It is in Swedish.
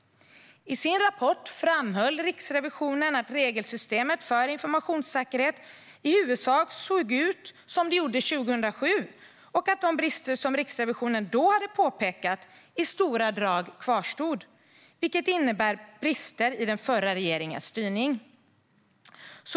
I sin rapport framhöll Riksrevisionen att regelsystemet för informationssäkerhet i huvudsak såg ut som det gjorde 2007 och att de brister som Riksrevisionen då hade påpekat i stora drag kvarstod, vilket innebär brister i den förra regeringens styrning.